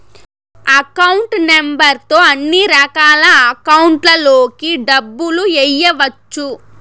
account number తో అన్నిరకాల అకౌంట్లలోకి డబ్బులు ఎయ్యవచ్చు